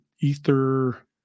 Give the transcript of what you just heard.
Ether